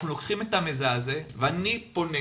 אנחנו לוקחים את המידע הזה ואני פונה